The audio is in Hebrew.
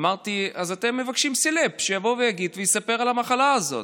אמרתי: אז אתם מבקשים סלב שיבוא ויגיד ויספר על המחלה הזאת?